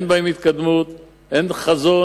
אין בהם התקדמות, אין חזון,